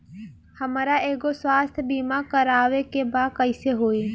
हमरा एगो स्वास्थ्य बीमा करवाए के बा कइसे होई?